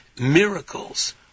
Miracles